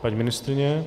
Paní ministryně?